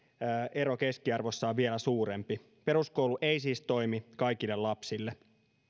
ero keskiarvossa on vielä suurempi peruskoulu ei siis toimi kaikille lapsille